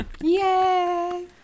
Yay